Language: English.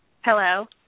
Hello